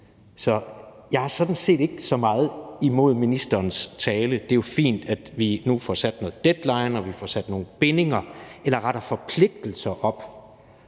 Så jeg har sådan set ikke så meget imod ministerens tale; det er jo fint, at vi nu får sat en deadline, og at vi får sat nogle bindinger eller rettere forpligtelser op